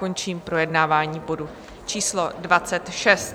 Končím projednávání bodu číslo 26.